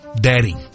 daddy